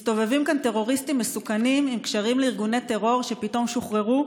מסתובבים כאן טרוריסטים מסוכנים עם קשרים לארגוני טרור שפתאום שוחררו?